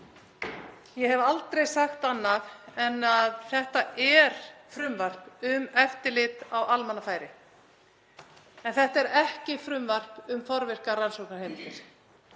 Ég hef aldrei sagt annað en að þetta er frumvarp um eftirlit á almannafæri en þetta er ekki frumvarp um forvirkar rannsóknarheimildir.